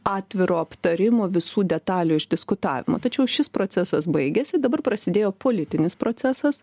atviro aptarimo visų detalių išdiskutavimo tačiau šis procesas baigėsi dabar prasidėjo politinis procesas